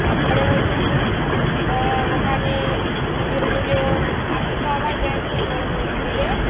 তারপরে হচ্ছে গিয়ে ওখানে পুজো টুজো আপনি কবার গেছেন ওই মন্দিরে